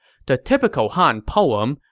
the typical han poem,